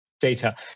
data